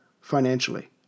financially